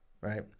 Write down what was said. right